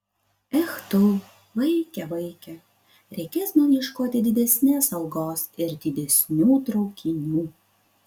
ech tu vaike vaike reikės man ieškoti didesnės algos ir didesnių traukinių